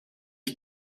ich